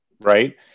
right